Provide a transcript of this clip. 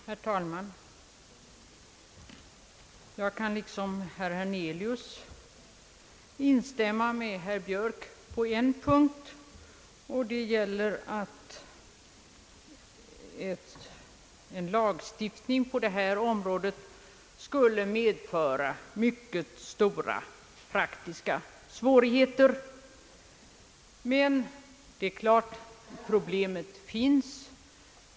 Herr talman! Jag kan liksom herr Hernelius instämma med herr Björk på en punkt, och det gäller att en lagstiftning på detta område skulle medföra mycket stora faktiska svårigheter. Problemet finns.